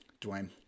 Dwayne